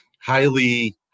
highly